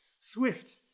swift